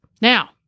Now